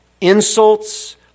insults